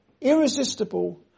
irresistible